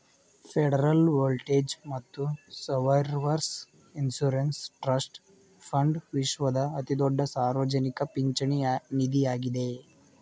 federal old age ಮತ್ತು survivors insurance trust fund ವಿಶ್ವದ ಅತಿದೊಡ್ಡ ಸಾರ್ವಜನಿಕ ಪಿಂಚಣಿ ನಿಧಿಯಾಗಿದ್ದೆ